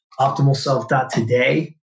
OptimalSelf.today